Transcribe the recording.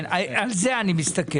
כן, על זה אני מסתכל.